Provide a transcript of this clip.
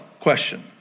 question